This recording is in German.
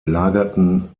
lagerten